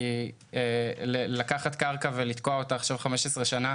כי לקחת קרקע ולתקוע אותה עכשיו 15 שנה,